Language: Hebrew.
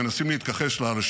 מנסים להתכחש לה,